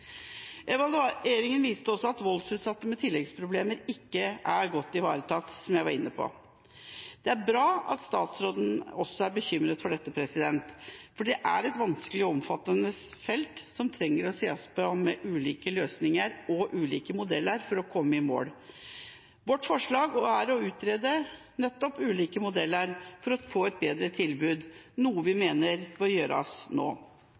Evalueringa viste også at voldsutsatte med tilleggsproblemer ikke er godt ivaretatt, som jeg var inne på. Det er bra at statsråden også er bekymret for dette, for det er et vanskelig og omfattende felt som trenger å ses på med tanke på å få til ulike løsninger og ulike modeller. Vårt forslag er å utrede nettopp ulike modeller for å få et bedre tilbud, noe vi mener bør gjøres nå.